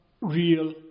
Real